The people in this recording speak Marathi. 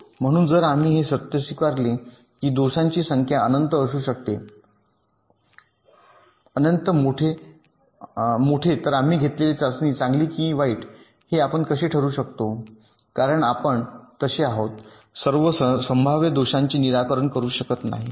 म्हणून जर आम्ही हे सत्य स्वीकारले की दोषांची संख्या अनंत असू शकते मोठे तर आम्ही घेत असलेली चाचणी चांगली की वाईट आहे हे आपण कसे ठरवू शकतो कारण आपण तसे आहोत सर्व संभाव्य दोषांचे निराकरण करू शकत नाही